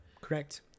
Correct